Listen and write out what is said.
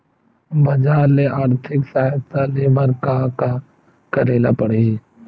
बजार ले आर्थिक सहायता ले बर का का करे ल पड़थे?